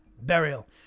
burial